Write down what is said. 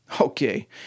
Okay